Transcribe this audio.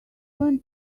want